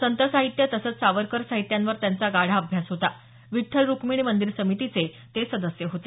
संत साहित्य तसंच सावरकर साहित्यांवर त्यांचा गाढा अभ्यास होता विठ्ठल रूक्मिणी मंदिर समितीचे ते सदस्य होते